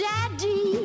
Daddy